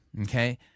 okay